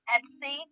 Etsy